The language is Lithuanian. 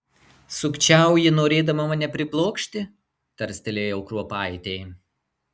sukčiauji norėdama mane priblokšti tarstelėjau kruopaitei